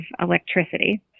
electricity